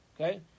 Okay